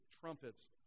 trumpets